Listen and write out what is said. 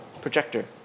projector